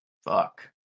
Fuck